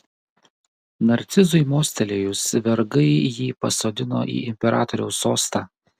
narcizui mostelėjus vergai jį pasodino į imperatoriaus sostą